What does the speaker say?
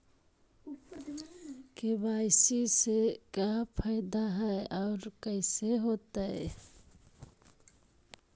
KYC से का फायदा है और कैसे होतै?